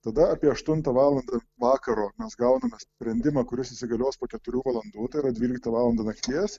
tada apie aštuntą valandą vakaro mes gauname sprendimą kuris įsigalios po keturių valandų tai yra dvyliktą valandą nakties